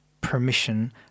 permission